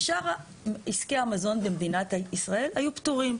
ושאר עסקי המזון במדינת ישראל היו פטורים.